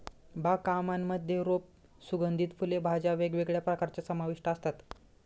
बाग कामांमध्ये रोप, सुगंधित फुले, भाज्या वेगवेगळ्या प्रकारच्या समाविष्ट असतात